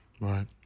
Right